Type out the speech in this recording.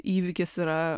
įvykis yra